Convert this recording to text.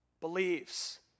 believes